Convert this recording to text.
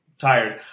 tired